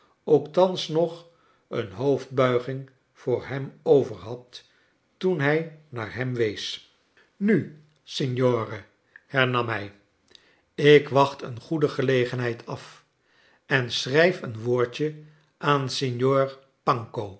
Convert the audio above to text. ook thans nog een hoofdbuiging voor hem over had toen hij naar hem woes kleine dorrit nu signore hernam hij ik wacht een goede gelegenheid af en schrijf een woordje aan